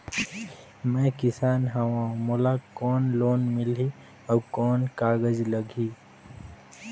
मैं किसान हव मोला कौन लोन मिलही? अउ कौन कागज लगही?